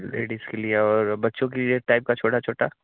ladies के लिए और बच्चों के लिए इस टाइप छोटा छोटा